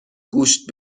گوشت